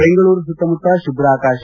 ಬೆಂಗಳೂರು ಸುತ್ತಮುತ್ತ ಶುಭ್ರ ಆಕಾಶ